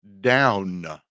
down